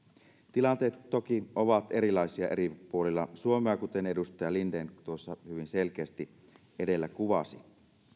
tilanteet toki ovat erilaisia eri puolilla suomea kuten edustaja linden hyvin selkeästi edellä kuvasi